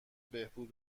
بهبود